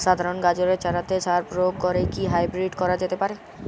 সাধারণ গাজরের চারাতে সার প্রয়োগ করে কি হাইব্রীড করা যেতে পারে?